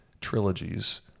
trilogies